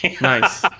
nice